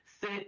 sit